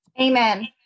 Amen